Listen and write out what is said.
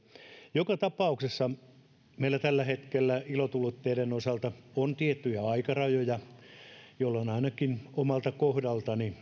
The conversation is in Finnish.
joka tapauksessa meillä tällä hetkellä ilotulitteiden osalta on tiettyjä aikarajoja ja ainakin omalta kohdaltani